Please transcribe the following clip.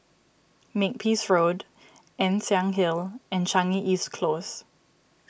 Makepeace Road Ann Siang Hill and Changi East Close